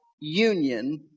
union